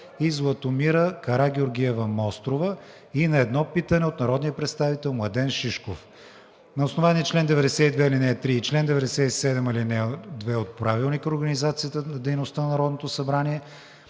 и Златомира Карагеоргиева-Мострова, и на едно питане от народния представител Младен Шишков. На основание чл. 92, ал. 3 и чл. 97, ал. 2 от Правилника за организацията и дейността на Народното събрание: